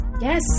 Yes